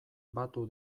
batu